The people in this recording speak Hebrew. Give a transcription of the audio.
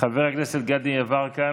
חבר הכנסת גדי יברקן,